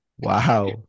Wow